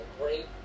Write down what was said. great